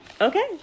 Okay